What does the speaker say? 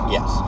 Yes